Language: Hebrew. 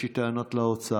יש לי טענות לאוצר,